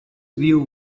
view